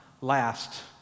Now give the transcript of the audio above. last